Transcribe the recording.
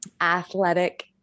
athletic